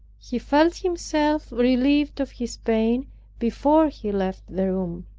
he felt himself relieved of his pain before he left the room.